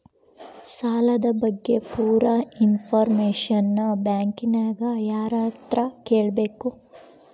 ಸಾಲದ ಬಗ್ಗೆ ಪೂರ ಇಂಫಾರ್ಮೇಷನ ಬ್ಯಾಂಕಿನ್ಯಾಗ ಯಾರತ್ರ ಕೇಳಬೇಕು?